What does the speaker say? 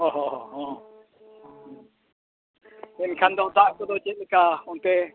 ᱚᱻ ᱦᱚᱸ ᱦᱚᱸ ᱦᱮᱸ ᱮᱱᱠᱷᱟᱱ ᱫᱚ ᱫᱟᱜ ᱠᱚᱫᱚ ᱪᱮᱫ ᱞᱮᱠᱟ ᱚᱱᱛᱮ